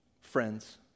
friends